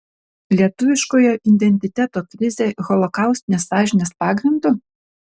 lietuviškojo identiteto krizė holokaustinės sąžinės pagrindu